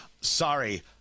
Sorry